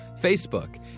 Facebook